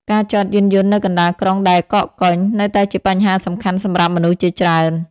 ការចតយានយន្តនៅកណ្តាលក្រុងដែលកកកុញ នៅតែជាបញ្ហាសំខាន់សម្រាប់មនុស្សជាច្រើន។